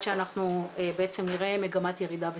שאנחנו בעצם נראה מגמת ירידה בתחלואה.